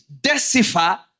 decipher